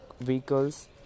vehicles